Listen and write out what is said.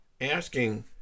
asking